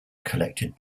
collected